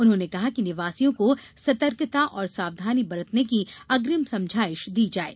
उन्होंने कहा कि निवासियों को सतर्कता और सावधानी बरतने की अग्रिम समझाईश दी जाये